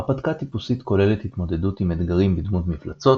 הרפתקה טיפוסית כוללת התמודדות עם אתגרים בדמות מפלצות,